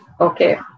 Okay